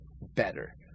better